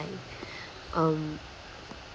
um